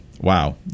wow